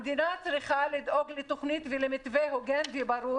המדינה צריכה לדאוג לתכנית ולמתווה הוגן וברור